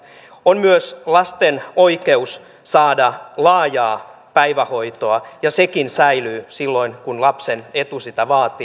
on myös lasten oikeus saada laajaa päivähoitoa ja sekin säilyy silloin kun lapsen etu sitä vaatii